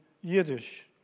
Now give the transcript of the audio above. Yiddish